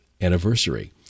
anniversary